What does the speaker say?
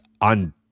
on